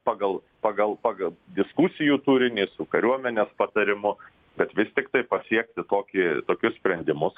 pagal pagal pagal diskusijų turinį su kariuomenės patarimu bet vis tiktai pasiekti tokį tokius sprendimus